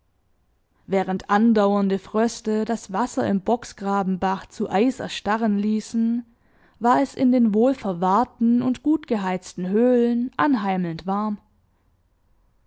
während andauernde fröste das wasser im bocksgrabenbach zu eis erstarren ließen war es in den wohlverwahrten und gutgeheizten höhlen anheimelnd warm